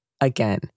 Again